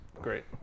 Great